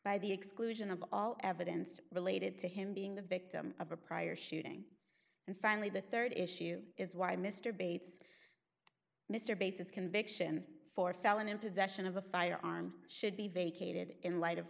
by the exclusion of all evidence related to him being the victim of a prior shooting and finally the rd issue is why mr bates mr bates is conviction for felon in possession of a firearm should be vacated in light of